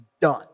done